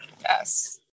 yes